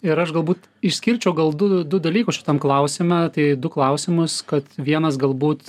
ir aš galbūt išskirčiau gal du du dalykus šitam klausime tai du klausimus kad vienas galbūt